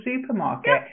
supermarket